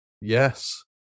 Yes